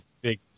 big